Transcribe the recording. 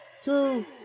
two